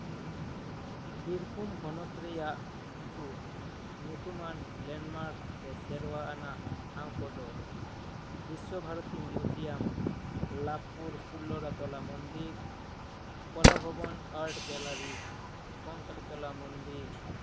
ᱵᱤᱨᱵᱷᱩᱢ ᱦᱚᱱᱚᱛ ᱨᱟᱭᱟᱜ ᱠᱤᱪᱷᱩ ᱧᱩᱛᱩᱢᱟᱱ ᱞᱮᱱᱰᱢᱟᱨᱠ ᱥᱮ ᱥᱮᱨᱣᱟ ᱨᱮᱱᱟᱜ ᱴᱷᱟᱶ ᱠᱚᱫᱚ ᱵᱤᱥᱥᱚᱵᱷᱟᱨᱚᱛᱤ ᱢᱤᱭᱩᱡᱤᱭᱟᱢ ᱞᱟᱵᱷᱯᱩᱨ ᱯᱷᱩᱞ ᱞᱚᱲᱟ ᱛᱚᱞᱟ ᱢᱚᱱᱫᱤᱨ Kala Bhavan art gallery Kankalitala ᱢᱚᱱᱫᱤᱨ